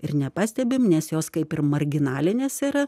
ir nepastebim nes jos kaip ir marginalinės yra